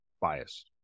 biased